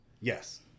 Yes